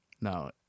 No